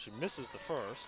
she misses the first